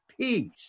peace